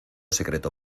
secreto